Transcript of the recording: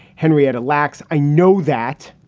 henrietta lacks. i know that.